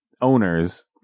owners